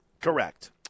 Correct